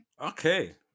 Okay